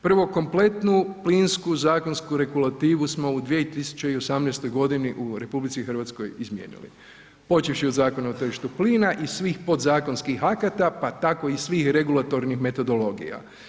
Prvo, kompletnu plisku zakonsku regulativu smo u 2018. u RH izmijenili počevši od Zakona o tržištu plina i svih podzakonskih akata pa tako i svih regulatornih metodologija.